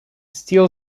still